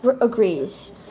agrees